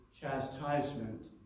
chastisement